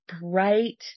bright